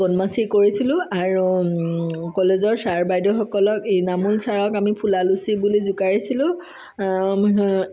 বদমাছি কৰিছিলো আৰু কলেজৰ ছাৰ বাইদেউসকলক ইনামূল ছাৰক আমি ফুলা লুচি বুলি জোকাইছিলো